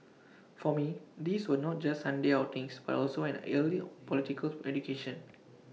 for me these were not just Sunday outings but also an early political education